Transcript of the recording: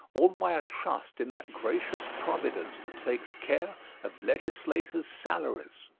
all by a trust in that gracious providence that takes care of legislators' salaries.